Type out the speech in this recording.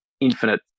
infinite